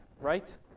right